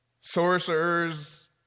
sorcerers